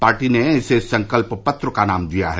party ने इसे संकल्प पत्र नाम दिया है